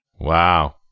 Wow